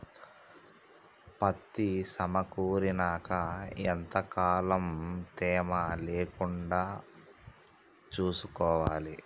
పత్తి సమకూరినాక ఎంత కాలం తేమ లేకుండా చూసుకోవాలి?